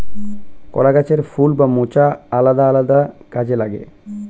কলা গাছের ফুল বা মোচা আলাদা আলাদা কাজে লাগে